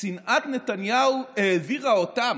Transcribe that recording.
שנאת נתניהו העבירה אותם,